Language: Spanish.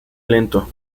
lento